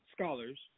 scholars